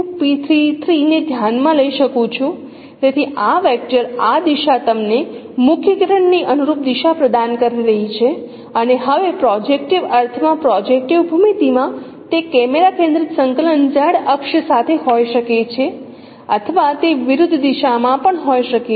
તેથી આ વેક્ટર આ દિશા તમને મુખ્ય કિરણની અનુરૂપ દિશા પ્રદાન કરી રહી છે અને હવે પ્રોજેક્ટીવ અર્થમાં પ્રોજેક્ટીવ ભૂમિતિમાં તે કેમેરા કેન્દ્રિત સંકલન Z અક્ષ સાથે હોઇ શકે છે અથવા તે વિરુદ્ધ દિશા માં પણ હોઈ શકે છે